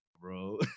bro